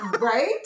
Right